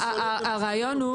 הרעיון הוא